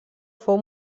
fou